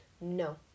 no